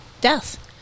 death